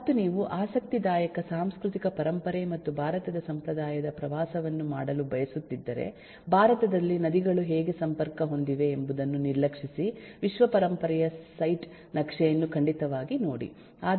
ಮತ್ತು ನೀವು ಆಸಕ್ತಿದಾಯಕ ಸಾಂಸ್ಕೃತಿಕ ಪರಂಪರೆ ಮತ್ತು ಭಾರತದ ಸಂಪ್ರದಾಯದ ಪ್ರವಾಸವನ್ನು ಮಾಡಲು ಬಯಸುತ್ತಿದ್ದರೆ ಭಾರತದಲ್ಲಿ ನದಿಗಳು ಹೇಗೆ ಸಂಪರ್ಕ ಹೊಂದಿವೆ ಎಂಬುದನ್ನು ನಿರ್ಲಕ್ಷಿಸಿ ವಿಶ್ವ ಪರಂಪರೆಯ ಸೈಟ್ ನಕ್ಷೆಯನ್ನು ಖಂಡಿತವಾಗಿ ನೋಡಿ